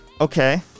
Okay